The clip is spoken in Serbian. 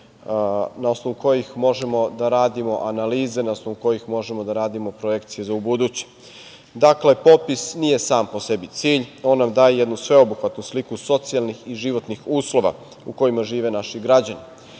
na osnovu kojih možemo da radimo analize, na osnovu kojih možemo da radimo projekcije za ubuduće. Popis nije samo po sebi cilj, on nam daje jednu sveobuhvatnu sliku socijalnih i životnih uslova, u kojima žive naši građani.